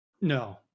No